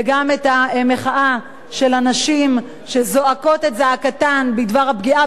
וגם את המחאה של הנשים שזועקות את זעקתן בדבר פגיעה